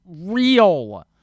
real